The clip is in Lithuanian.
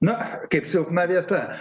na kaip silpna vieta